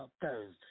Thursday